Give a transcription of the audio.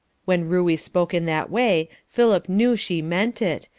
when ruey spoke in that way, philip knew she meant it,